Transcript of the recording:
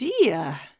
idea